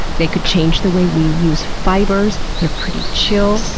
they could change the way we use fibers, they're pretty chill,